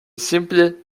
simple